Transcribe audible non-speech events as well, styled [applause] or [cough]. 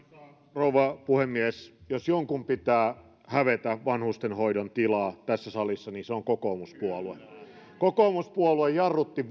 rouva puhemies jos jonkun pitää hävetä vanhustenhoidon tilaa tässä salissa niin se on kokoomuspuolue kokoomuspuolue jarrutti [unintelligible]